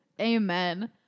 Amen